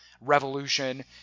revolution